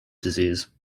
disease